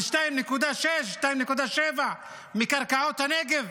על 2.6 2.7 מקרקעות הנגב.